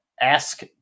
ask